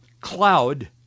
cloud